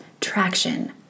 traction